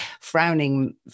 frowning